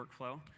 workflow